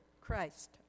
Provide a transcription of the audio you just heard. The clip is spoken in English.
Christ